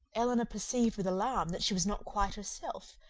elinor perceived with alarm that she was not quite herself,